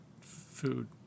food